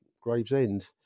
Gravesend